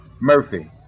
Murphy